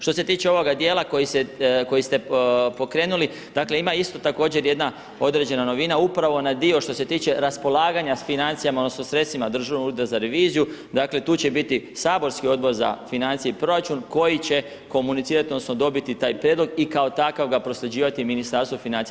Što se tiče ovoga dijela koji ste pokrenuli, dakle ima isto također jedna određena novina, upravo na onaj dio što se tiče raspolaganja financijama odnosno sredstvima Državnog ureda za reviziju, dakle tu će biti saborski Odbor za financije i proračun koji će komunicirati, odnosno dobiti taj prijedlog i kao takav ga prosljeđivati Ministarstvu financija.